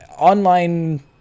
online